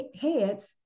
heads